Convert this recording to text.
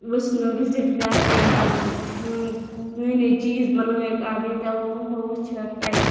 وٕچھنہِ وِزٹ کَرنہِ نٔے نٔے چیز بَنٲوِکھ اتھ یِتٮ۪و لُکو وٕچھتھ اَتہِ